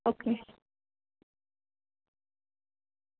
okay